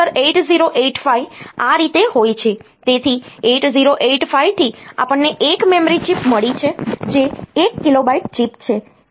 તેથી 8085 થી આપણને એક મેમરી ચિપ મળી છે જે એક કિલોબાઈટ ચિપ છે